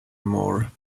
more